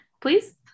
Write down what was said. please